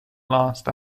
last